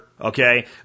okay